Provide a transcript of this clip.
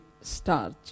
starch